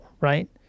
Right